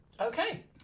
Okay